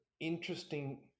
interesting